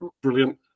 brilliant